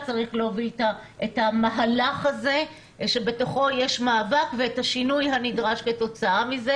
צריך להוביל את המהלך הזה בתוכו יש מאבק ואת השינוי הנדרש כתוצאה מכך.